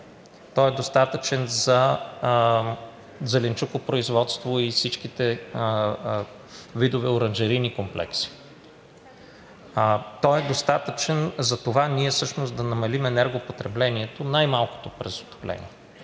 Той е достатъчен за зеленчукопроизводство и всичките видове оранжерийни комплекси. Той е достатъчен за това ние всъщност да намалим енергопотреблението най-малкото през отопление.